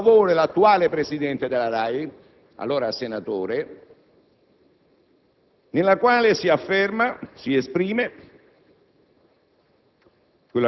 In questa situazione ci si viene a dire che il Parlamento non può esprimere indirizzi. Nel novembre 1994